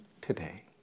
today